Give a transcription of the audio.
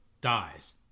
dies